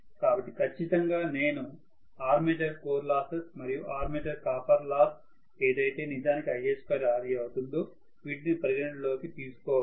కాబట్టి ఖచ్చితంగా నేను ఆర్మేచర్ కోర్ లాసెస్ మరియు ఆర్మేచర్ కాపర్ లాస్ ఏదైతే నిజానికి Ia2Ra అవుతుందో వీటిని పరిగణనలోకి తీసుకోవాలి